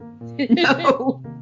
no